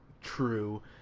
true